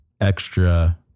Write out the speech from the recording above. extra